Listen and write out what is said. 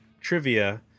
trivia